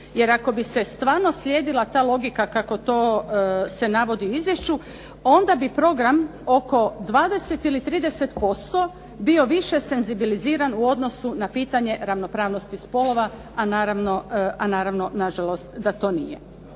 jer ako bi se stvarno slijedila ta logika kako to se navodi u izvješću onda bi program oko 20 ili 30% bio više senzibiliziran u odnosu na pitanje ravnopravnosti spolova a naravno nažalost da to nije.